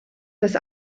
das